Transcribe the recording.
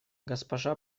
госпожа